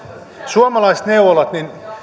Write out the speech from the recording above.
suomalaiset neuvolat